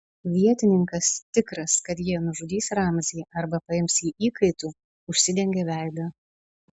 vietininkas tikras kad jie nužudys ramzį arba paims jį įkaitu užsidengė veidą